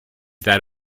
that